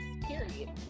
Period